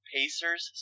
Pacers